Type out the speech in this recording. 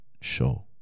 show